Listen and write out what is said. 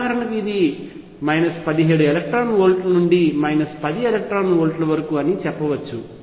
ఉదాహరణకు ఇది 17 eV నుండి 10 eV వరకు అని చెప్పవచ్చు